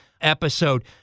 episode